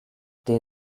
they